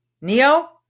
Neo